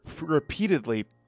repeatedly